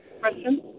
Question